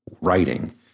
writing